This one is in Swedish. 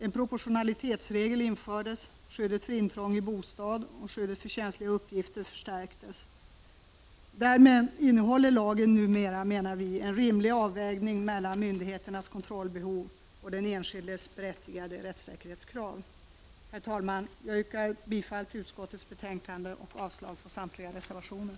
En proportionalitetsregel infördes, skyddet för intrång i bostad och skyddet för känsliga uppgifter förstärktes. Därmed innehåller lagen numera, menar vi, en rimlig avvägning mellan myndigheternas kontrollbehov och den enskildes berättigade rättssäkerhetskrav. Herr talman! Jag yrkar bifall till utskottets hemställan och avslag på samtliga reservationer.